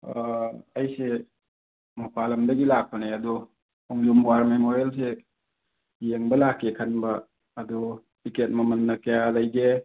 ꯑꯩꯁꯦ ꯃꯄꯥꯟ ꯂꯝꯗꯒꯤ ꯂꯥꯛꯄꯅꯦ ꯑꯗꯣ ꯈꯣꯡꯖꯣꯝ ꯋꯥꯔ ꯃꯦꯃꯣꯔꯤꯌꯦꯜꯁꯦ ꯌꯦꯡꯕ ꯂꯥꯛꯀꯦ ꯈꯟꯕ ꯑꯗꯣ ꯇꯤꯛꯀꯦꯠ ꯃꯃꯟꯅ ꯀꯌꯥ ꯂꯩꯒꯦ